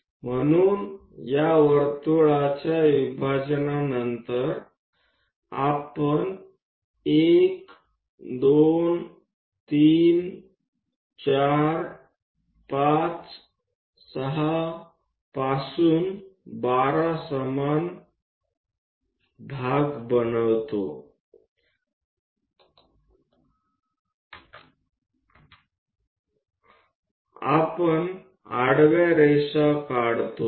તો આ વર્તુળના વિભાજન બાદ આપણે 12 સમાન ભાગો બનાવીશું 1 2 3 4 6 માંથી આપણે આડી લીટીઓ દોરીશું